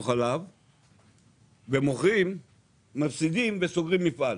חלב ומוכרים מפסידים וסוגרים מפעל.